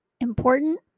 important